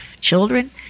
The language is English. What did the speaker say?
children